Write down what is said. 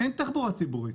אין תחבורה ציבורית.